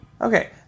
Okay